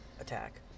attack